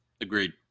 Agreed